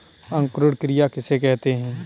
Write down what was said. अंकुरण क्रिया किसे कहते हैं?